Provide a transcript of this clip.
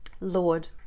Lord